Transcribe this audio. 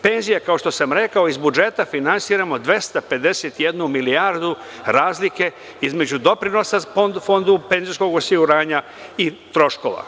Penzije, kao što sam rekao, iz budžeta finansiramo 251 milijardu razlike između doprinosa Fondu penzijskog osiguranja i troškova.